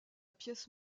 pièce